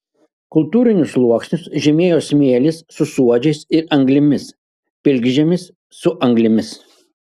kultūrinius sluoksnius žymėjo smėlis su suodžiais ir anglimis pilkžemis su anglimis